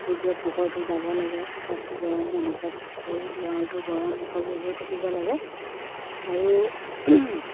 সূৰ্যৰ পোহৰটো যাব লাগে তাপটো গৰম অনুভৱ সেই গড়ালটো গৰম হ'ব হৈ থাকিব লাগে আৰু